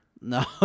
No